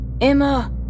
Emma